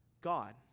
God